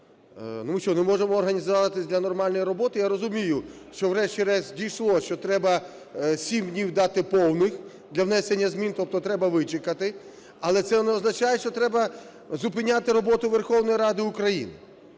що, не можемо організуватися для нормальної роботи? Я розумію, що врешті-решт дійшло, що треба 7 днів дати повних для внесення змін, тобто треба вичекати. Але це не означає, що треба зупиняти роботу Верховної Ради України.